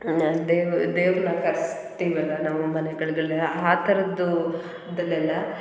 ನಾನು ದೇವ ದೇವ್ರನ್ನ ಕರೆಸ್ತೀವಲ್ಲ ನಾವು ಮನೆಗಳಿಗೆಲ್ಲ ಆ ಥರದ್ದು ಇದನ್ನೆಲ್ಲ